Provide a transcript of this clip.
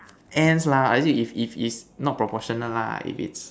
ants lah or is it is is is not proportionate lah if it's